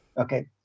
Okay